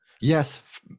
Yes